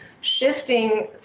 shifting